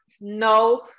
no